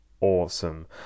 awesome